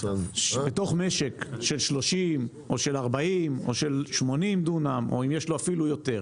בתוך משק של 30 או של 40 או של 80 דונם או אם יש לו אפילו יותר.